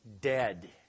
dead